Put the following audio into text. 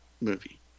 movie